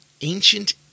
ancient